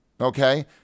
okay